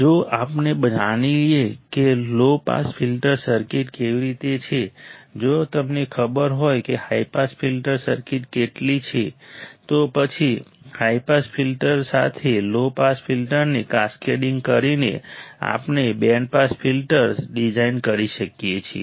જો આપણે જાણીએ કે લો પાસ ફિલ્ટર સર્કિટ કેવી રીતે છે જો તમને ખબર હોય કે હાઈ પાસ ફિલ્ટર સર્કિટ કેટલી છે તો પછી હાઈ પાસ ફિલ્ટર સાથે લો પાસ ફિલ્ટરને કાસ્કેડિંગ કરીને આપણે બેન્ડ પાસ ફિલ્ટર ડિઝાઇન કરી શકીએ છીએ